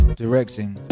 directing